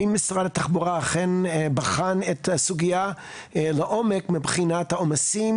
האם משרד התחבורה אכן בחן את הסוגיה לעומק מבחינת העומסים,